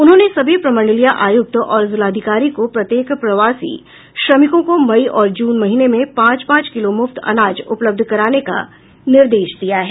उन्होंने सभी प्रमंडलीय आयुक्त और जिलाधिकारी को प्रत्येक प्रवासी श्रमिकों को मई और जून महीने में पांच पांच किलो मुफ्त अनाज उपलब्ध कराने का निर्देश दिया है